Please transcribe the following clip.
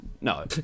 No